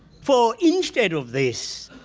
for, instead of this,